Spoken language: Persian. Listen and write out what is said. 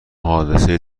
حادثه